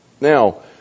Now